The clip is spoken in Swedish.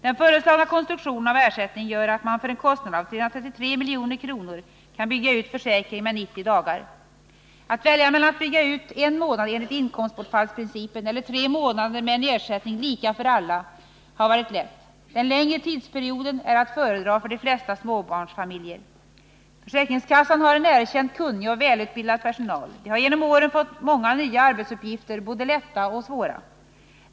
Den föreslagna konstruktionen av ersättningen gör att man för en kostnad av 333 milj.kr. kan bygga ut försäkringen med 90 dagar. Att välja mellan att bygga ut en månad enligt inkomstbortfallsprincipen eller tre månader med en ersättning lika för alla har varit lätt. Den längre tidsperioden är att föredra för de flesta småbarnsfamiljer. Försäkringskassan har:en erkänt kunnig och välutbildad personal. De anställda har genom åren fått många nya arbetsuppgifter, både lätta och svåra.